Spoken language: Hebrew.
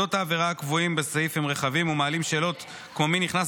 יסודות העבירה הקבועים בסעיף הם רחבים ומעלים שאלות כמו מי נכנס